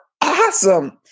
awesome